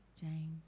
James